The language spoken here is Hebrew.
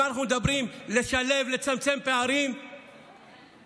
אנחנו מדברים על צמצום פערים ועל שילוב.